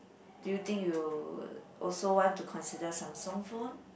do you think you would also want to consider Samsung phone